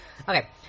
Okay